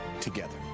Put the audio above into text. Together